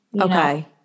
Okay